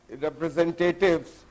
representatives